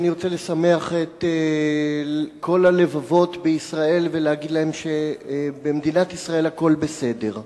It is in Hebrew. אני רוצה לשמח את כל הלבבות בישראל ולהגיד להם שבמדינת ישראל הכול בסדר.